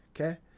okay